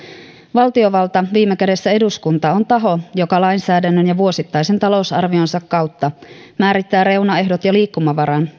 valtiovalta viime kädessä eduskunta on taho joka lainsäädännön ja vuosittaisen talousarvionsa kautta määrittää reunaehdot ja liikkumavaran